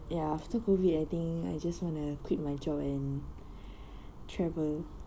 ya after COVID I think I just wanna quit my job and travel